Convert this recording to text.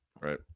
Right